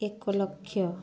ଏକଲକ୍ଷ